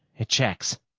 it checks.